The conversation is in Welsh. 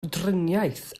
driniaeth